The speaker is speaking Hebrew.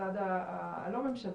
בצד הלא-ממשלתי,